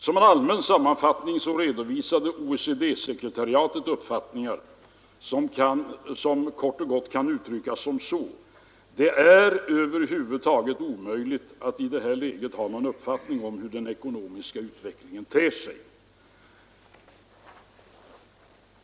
Som allmän sammanfattning redovisade OECD-sekretariatet uppfattningar som kort och gott kan uttryckas så: Det är över huvud taget omöjligt att i det här läget ha någon uppfattning om hur den ekonomiska utvecklingen ter sig.